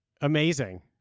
Amazing